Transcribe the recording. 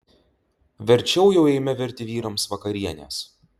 verčiau jau eime virti vyrams vakarienės